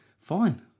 fine